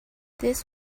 this